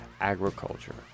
agriculture